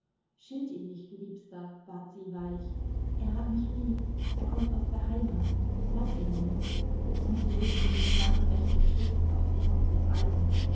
schilt ihn nicht liebster bat sie weich er hat mich lieb er kommt aus der heimat laß ihn mir und sie legte die schlanke rechte schützend auf den kopf des alten